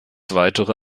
weitere